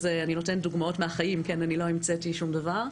אני נותנת דוגמאות מהחיים, לא המצאתי שום דבר.